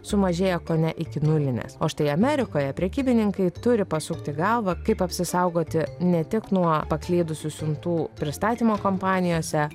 sumažėja kone iki nulinės o štai amerikoje prekybininkai turi pasukti galvą kaip apsisaugoti ne tik nuo paklydusių siuntų pristatymo kompanijose